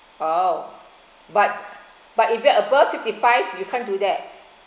oh but but if you are above fifty five you can't do that